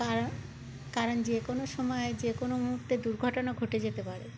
কারণ কারণ যে কোনো সময়ে যে কোনো মুহর্তে দুর্ঘটনা ঘটে যেতে পারে